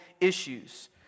issues